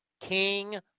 King